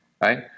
right